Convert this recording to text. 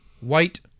white